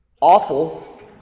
awful